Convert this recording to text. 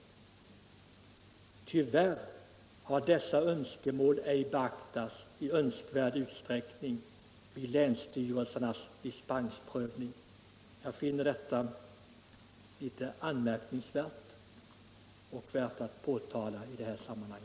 Tyvärr har dessa önskemål ej beaktats i önskvärd utsträckning vid länsstyrelsernas dispensprövning. Jag finner detta litet anmärkningsvärt och värt att påtala i detta sammanhang.